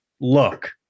look